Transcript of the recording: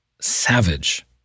savage